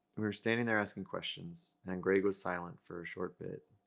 we were standing there asking questions, and greg was silent for a short bit